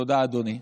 תודה, אדוני.